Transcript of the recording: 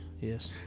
Yes